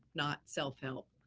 not self-help.